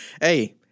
Hey